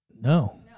No